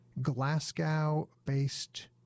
Glasgow-based